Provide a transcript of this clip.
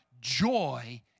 joy